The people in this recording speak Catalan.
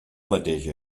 mateix